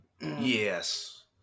Yes